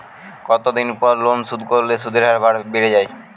কতদিন পর লোন শোধ করলে সুদের হার বাড়ে য়ায়?